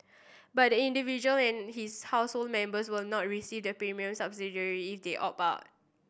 but the individual and his household members will not receive the premium subsidy if they opt